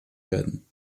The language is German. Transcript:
werden